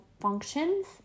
functions